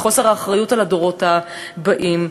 לחוסר האחריות לדורות הבאים?